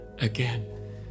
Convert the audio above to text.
again